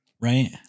right